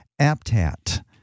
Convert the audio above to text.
APTAT